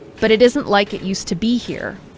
but it isn't like it used to be here.